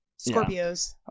scorpios